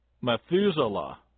Methuselah